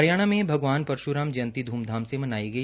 हरियाणा के भगवान परश्राम जयंती धूमधाम से मनाई गई